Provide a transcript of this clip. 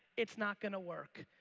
it's not gonna work.